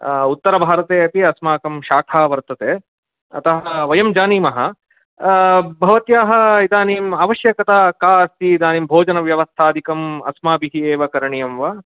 आ उत्तरभारते अपि अस्माकं शाखा वर्तते अतः वयं जानीमः भवत्याः इदानीम् आवश्यकता का अस्ति इदानीं भोजनव्यवस्थादिकम् अस्माभिः एवं करणीयम् वा